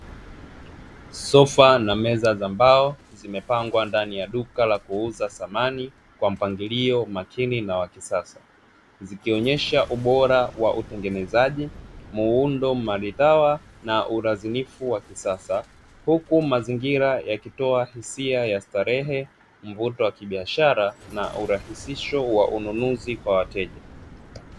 Sofa na meza ya mbao zimepangwa ndani ya duka la kuuza samani kwa mpangilio makini na wa kisasa ikionyesha ubora wa utengenezaji, muundo maridhawa na ulazimifu wa kisasa huku mazingira yakitoa hisia ya starehe, mvuto wa kibiashara na urahisisho wa ununuzi kwa wateja.